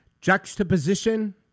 Juxtaposition